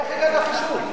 איך הגעת לחישוב?